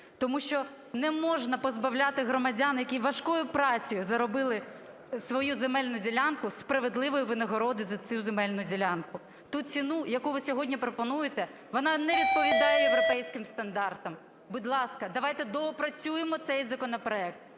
тому що не можна позбавляти громадян, які важкою працею заробили свою земельну ділянку, справедливої винагороди за цю земельну ділянку. Та ціну, яку ви сьогодні пропонуєте, вона не відповідає європейським стандартам. Будь ласка, давайте доопрацюємо цей законопроект.